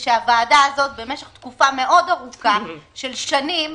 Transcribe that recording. שהוועדה הזאת במשך תקופה מאוד ארוכה של שנים,